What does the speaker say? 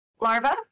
Larva